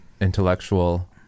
intellectual